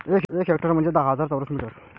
एक हेक्टर म्हंजे दहा हजार चौरस मीटर